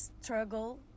struggle